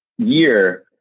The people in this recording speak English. year